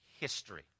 history